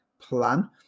plan